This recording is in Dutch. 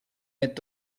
met